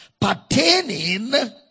pertaining